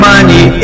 money